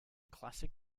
classic